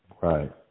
Right